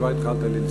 כבר התחלת לי לספור.